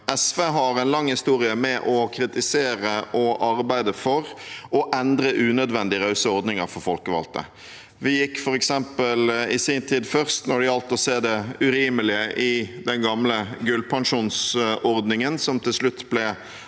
SV har en lang historie med å kritisere og arbeide for å endre unødvendig rause ordninger for folkevalgte. Vi gikk f.eks. i sin tid først når det gjaldt å se det urimelige i den gamle gullpensjonsordningen, som til slutt ble